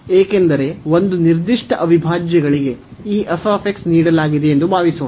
ಏಕೆಂದರೆ ಒಂದು ನಿರ್ದಿಷ್ಟ ಅವಿಭಾಜ್ಯಗಳಿಗೆ ಈ ನೀಡಲಾಗಿದೆ ಎಂದು ಭಾವಿಸೋಣ